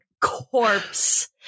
corpse